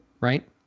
right